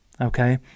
Okay